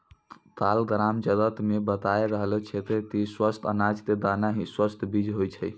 काल ग्राम जगत मॅ बताय रहलो छेलै कि स्वस्थ अनाज के दाना हीं स्वस्थ बीज होय छै